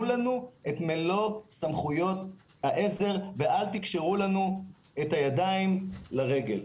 לנו א מלוא סמכויות העזר ואל תקשרו לנו את הידיים לרגל.